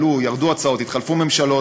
עלו, ירדו הצעות, התחלפו ממשלות,